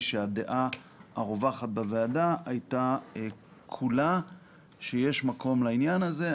שהדעה הרווחת בוועדה הייתה כולה שיש מקום לעניין הזה.